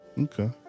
okay